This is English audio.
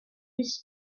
was